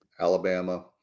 Alabama